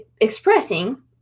expressing